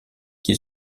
qui